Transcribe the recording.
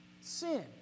Sin